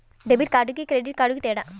Debit కార్డుకి credit కార్డుకి తేడా?